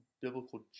biblical